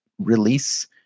release